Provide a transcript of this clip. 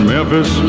Memphis